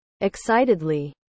Excitedly